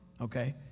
Okay